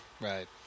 Right